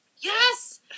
Yes